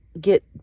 get